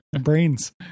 Brains